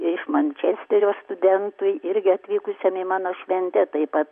iš mančesterio studentui irgi atvykusiam į mano šventę taip pat